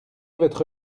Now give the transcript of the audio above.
votre